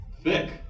thick